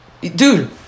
dude